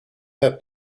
her